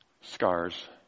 scars